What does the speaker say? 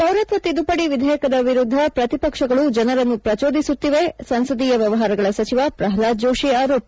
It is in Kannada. ಪೌರತ್ವ ತಿದ್ದುಪಡಿ ವಿಧೇಯಕದ ವಿರುದ್ದ ಪ್ರತಿ ಪಕ್ಷಗಳು ಜನರನ್ನು ಪ್ರಚೋದಿಸುತ್ತಿವೆ ಸಂಸದೀಯ ವ್ಯವಹಾರಗಳ ಸಚಿವ ಪ್ರಹ್ವಾದ್ ಜೋಷಿ ಆರೋಪ